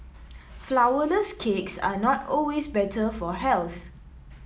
flour less cakes are not always better for health